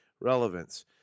relevance